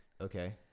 Okay